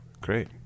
Great